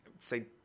say